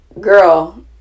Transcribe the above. girl